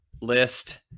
list